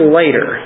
later